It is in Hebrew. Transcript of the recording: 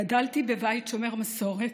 גדלתי בבית שומר מסורת,